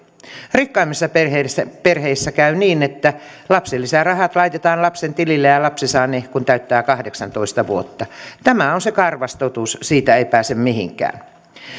rikkaammissa perheissä käy niin että lapsilisärahat laitetaan lapsen tilille ja lapsi saa ne kun täyttää kahdeksantoista vuotta tämä on se karvas totuus siitä ei pääse mihinkään